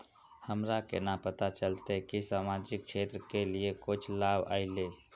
हमरा केना पता चलते की सामाजिक क्षेत्र के लिए कुछ लाभ आयले?